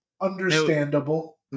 understandable